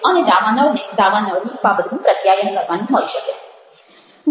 અને દાવાનળ ને દાવાનળની બાબતનું પ્રત્યાયન કરવાનું હોઈ શકે